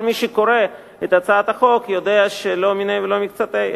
כל מי שקורא את הצעת החוק יודע שלא מיניה ולא מקצתיה,